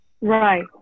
Right